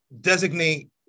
designate